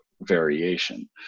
variation